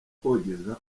kogeza